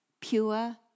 pure